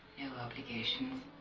no obligations